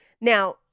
Now